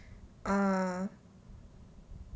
err